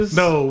no